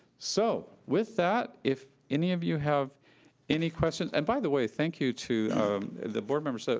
so, with that, if any of you have any questions and, by the way, thank you to the board members. so